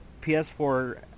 ps4